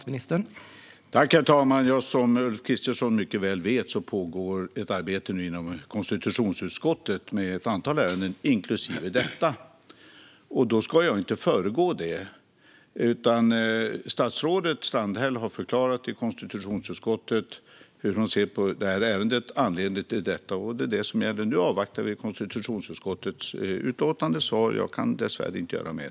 Herr talman! Som Ulf Kristersson mycket väl vet pågår ett arbete inom konstitutionsutskottet med ett antal ärenden, inklusive detta. Jag ska inte föregå det arbetet. Statsrådet Strandhäll har förklarat inför konstitutionsutskottet hur hon ser på ärendet och anledningen till detta. Det är det som gäller. Nu avvaktar vi konstitutionsutskottets utlåtande. Svaret är att jag dessvärre inte kan göra mer.